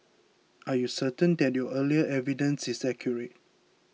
are you certain that your earlier evidence is accurate